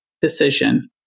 decision